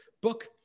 book